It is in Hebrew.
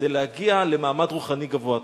כדי להגיע למעמד רוחני גבוה.